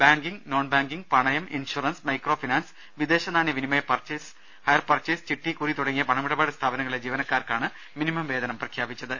banking non banking പണയം insurance microfinance വിദേശനാണ്യ വിനിമയ ഹയർപർച്ചേസ് ചിട്ടി കുറി തുടങ്ങിയ പണമിടപാട് സ്ഥാപനങ്ങ ളിലെ ജീവനക്കാർക്കാണ് മിനിമം വേതനം പ്രഖ്യാപിച്ചത്